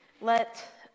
Let